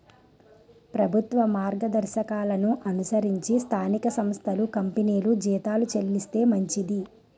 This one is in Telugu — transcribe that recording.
ప్రభుత్వ మార్గదర్శకాలను అనుసరించి స్థానిక సంస్థలు కంపెనీలు జీతాలు చెల్లిస్తే మంచిది